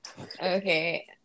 Okay